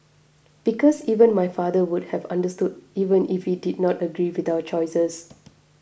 because even my father would have understood even if he did not agree with our choices